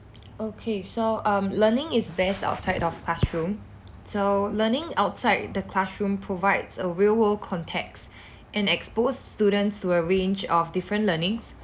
okay so um learning is best outside of classroom so learning outside the classroom provides a real world context and expose students to a range of different learnings